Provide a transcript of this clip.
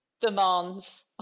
demands